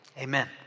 Amen